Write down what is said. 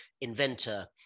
inventor